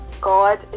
god